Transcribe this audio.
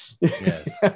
yes